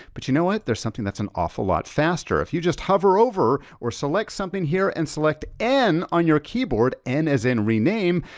but you know what? there's something that's an awful lot faster if you just hover over or select something here and select n on your keyboard, n as in rename,